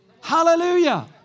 Hallelujah